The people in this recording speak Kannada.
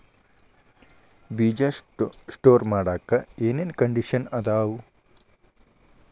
ಬೇಜ ಸ್ಟೋರ್ ಮಾಡಾಕ್ ಏನೇನ್ ಕಂಡಿಷನ್ ಅದಾವ?